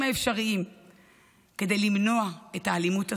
האפשריים כדי למנוע את האלימות הזאת,